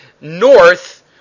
north